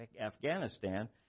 Afghanistan